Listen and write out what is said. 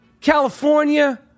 California